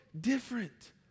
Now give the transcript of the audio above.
different